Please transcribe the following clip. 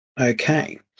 Okay